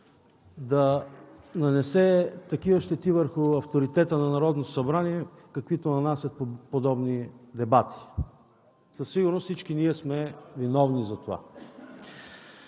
да нанесе такива щети върху авторитета на Народното събрание, каквито нанасят подобни дебати. Със сигурност всички ние сме виновни за това.